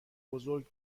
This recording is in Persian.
بزرگ